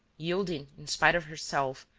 yielding, in spite of herself,